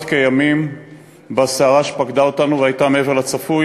כימים בסערה שפקדה אותנו והייתה מעבר לצפוי,